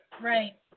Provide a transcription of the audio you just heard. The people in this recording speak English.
Right